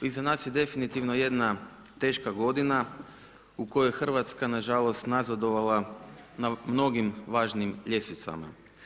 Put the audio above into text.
Iza nas je definitivno jedna teška godina u kojoj je Hrvatska nažalost nazadovala na mnogim važnim ljestvicama.